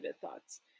thoughts